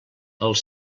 els